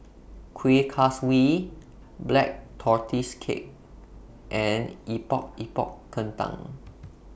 Kuih Kaswi Black Tortoise Cake and Epok Epok Kentang